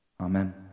Amen